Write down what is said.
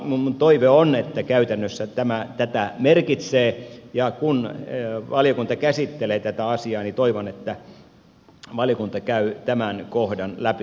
minun toiveeni on että käytännössä tämä tätä merkitsee ja kun valiokunta käsittelee tätä asiaa toivon että valiokunta käy tämän kohdan läpi